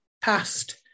past